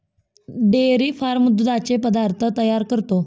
dairy farm दुधाचे पदार्थ तयार करतो